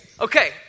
Okay